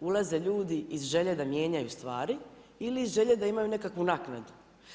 ulaze ljudi iz želje da mijenjaju stvari, ili iz želje da imaju nekakvu naknadu.